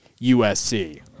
USC